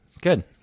Good